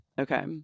okay